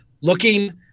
looking